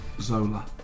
Zola